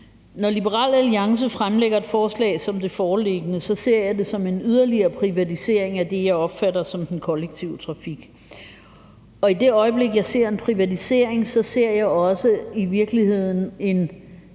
Når Liberal Alliance har fremsat et forslag som det foreliggende, ser jeg det som en yderligere privatisering af det, jeg opfatter som den kollektive trafik, og i det øjeblik, jeg ser en privatisering, ser jeg i virkeligheden